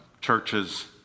churches